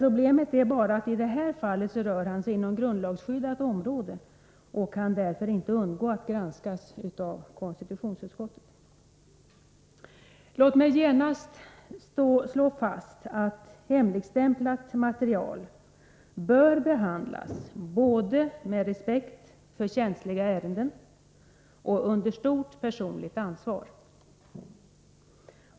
Problemet är bara att han i detta fall rör sig inom grundlagsskyddat område och att han därför inte kan undgå att bli granskad av konstitutionsutskottet. Låt mig genast slå fast att hemligstämplat material bör behandlas både med respekt för känsliga ärenden och under stort personligt ansvar.